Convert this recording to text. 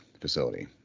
facility